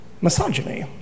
misogyny